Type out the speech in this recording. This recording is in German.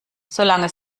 solange